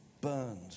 burned